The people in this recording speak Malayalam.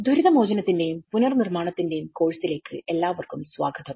ദുരിതമോചനത്തിന്റെയും പുനർനിർമ്മാണത്തിന്റെയും കോഴ്സിലേക്ക് എല്ലാവർക്കും സ്വാഗതം